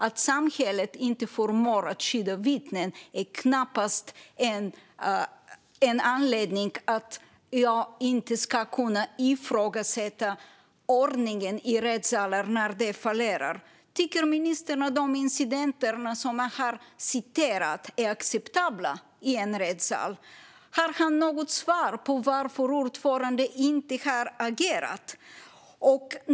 Att samhället inte förmår att skydda vittnen är knappast en anledning till att jag inte ska kunna ifrågasätta ordningen i rättssalarna när den fallerar. Tycker ministern att de incidenter som jag har räknat upp är acceptabla i en rättssal? Har han något svar på varför ordförande inte har agerat?